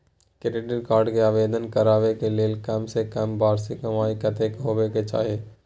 Credit card के आवेदन करबैक के लेल कम से कम वार्षिक कमाई कत्ते होबाक चाही?